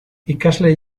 ikasle